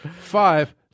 Five